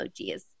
emojis